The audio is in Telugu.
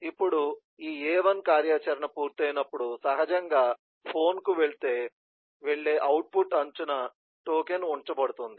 ఇప్పుడు ఈ a1 కార్యాచరణ పూర్తయినప్పుడు సహజంగా ఫోన్కు వెళ్లే అవుట్పుట్ అంచున టోకెన్ ఉంచబడుతుంది